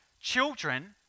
children